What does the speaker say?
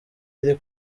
iri